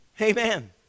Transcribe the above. Amen